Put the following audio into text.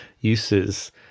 uses